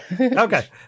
Okay